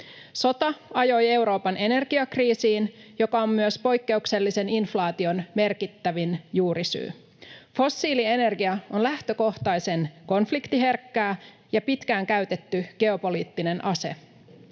Sota ajoi Euroopan energiakriisiin, joka on myös poikkeuksellisen inflaation merkittävin juurisyy. Fossiilienergia on lähtökohtaisen konf-liktiherkkää ja pitkään käytetty geopoliittinen ase.